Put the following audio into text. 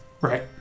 Right